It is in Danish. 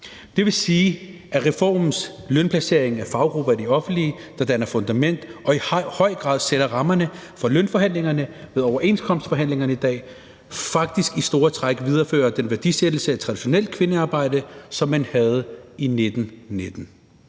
Det vil sige, at reformens lønindplacering af faggrupper i det offentlige, der danner fundamentet og i høj grad sætter rammerne for lønforhandlingerne ved overenskomstforhandlingerne i dag, faktisk i store træk viderefører den værdiansættelse af traditionelt kvindearbejde, som man havde i 1919.